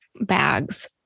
bags